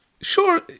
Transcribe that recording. sure